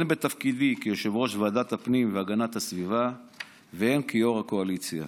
הן בתפקידי כיושב-ראש ועדת הפנים והגנת הסביבה והן כיו"ר הקואליציה.